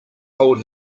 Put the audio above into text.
told